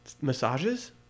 Massages